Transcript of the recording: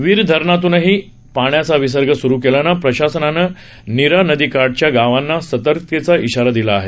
वीर धरणातूनही पाण्याच विसर्ग सुरु केल्यानं प्रशासनानं नीरा नदीकाठालगतच्या गावांना सतर्कतेचा इशारा दिला आहे